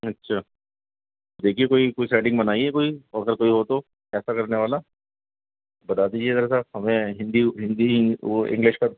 اچھا دیکھیے کوئی کوئی سیٹنگ بنائیے کوئی اور اگر کوئی ہو تو ایسا کرنے والا بتا دیجیے ذرا سا ہمیں ہندی ہندی وہ انگلش کا